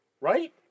Right